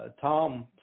Tom